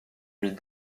mis